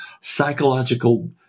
psychological